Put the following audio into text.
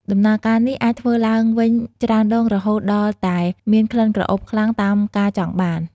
ដំណើរការនេះអាចធ្វើឡើងវិញច្រើនដងរហូតដល់តែមានក្លិនក្រអូបខ្លាំងតាមការចង់បាន។